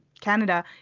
Canada